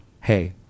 hey